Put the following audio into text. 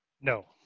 No